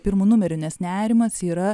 pirmu numeriu nes nerimas yra